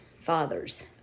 fathers